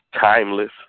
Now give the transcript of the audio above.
timeless